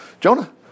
Jonah